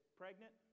pregnant